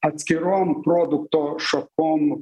atskirom produkto šakom